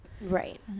Right